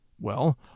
Well